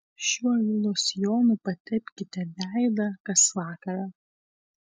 šiuo losjonu patepkite veidą kas vakarą